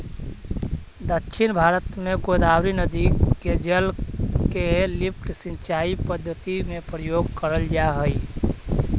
दक्षिण भारत में गोदावरी नदी के जल के लिफ्ट सिंचाई पद्धति में प्रयोग करल जाऽ हई